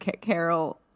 carol